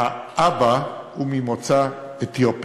האבא הוא ממוצא אתיופי.